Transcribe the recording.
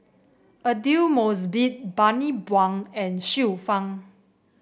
Aidli Mosbit Bani Buang and Xiu Fang